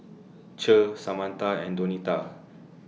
Cher Samantha and Donita